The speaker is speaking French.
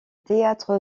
théâtre